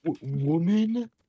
Woman